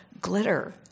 glitter